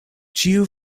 ĉiu